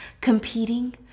competing